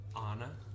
Anna